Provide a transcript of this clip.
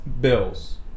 Bills